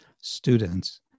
students